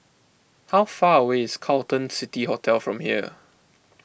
how far away is Carlton City Hotel from here